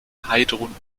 heidrun